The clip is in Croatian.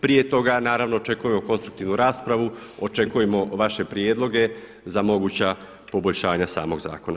Prije toga naravno očekujemo konstruktivnu raspravu, očekujemo vaše prijedloge za moguća poboljšanja samog zakona.